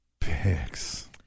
Picks